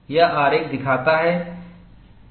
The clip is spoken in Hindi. यह आरेख दिखाता है क्या